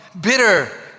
bitter